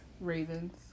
Ravens